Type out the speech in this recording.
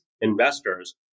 investors